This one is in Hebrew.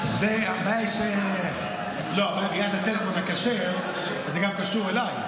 הבעיה זה הטלפון הכשר, זה גם קשור אליי.